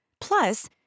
Plus